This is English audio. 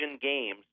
games